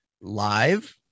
live